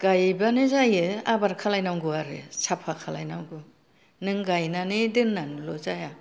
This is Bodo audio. गाइबानो जायो आबार खालामनांगौ आरो साफा खालाम नांगौ नों गाइनानै दोननानैल' जाया